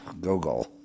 Google